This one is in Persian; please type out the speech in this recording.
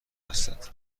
هستند